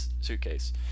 suitcase